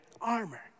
armor